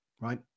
Right